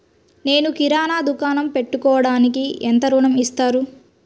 నేను కిరాణా దుకాణం పెట్టుకోడానికి ఎంత ఋణం ఇస్తారు?